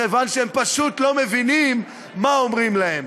מכיוון שהם פשוט לא מבינים מה אומרים להם.